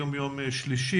היום יום שלישי,